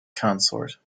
consort